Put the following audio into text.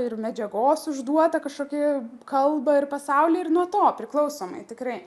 ir medžiagos užduotą kažkokį kalbą ir pasaulį ir nuo to priklausomai tikrai